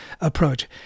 approach